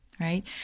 Right